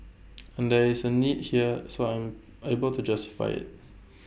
and there is A need here so I'm able to justify IT